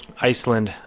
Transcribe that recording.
iceland,